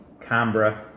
Canberra